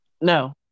No